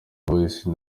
voice